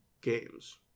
games